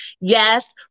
Yes